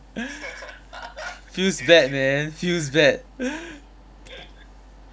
feels bad man feels bad